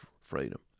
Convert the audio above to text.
freedom